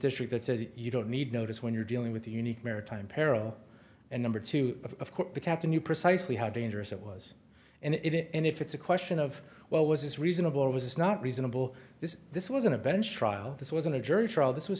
district that says you don't need notice when you're dealing with the unique maritime peril and number two of the captain knew precisely how dangerous it was and if it and if it's a question of what was reasonable or was not reasonable this this wasn't a bench trial this wasn't a jury trial this was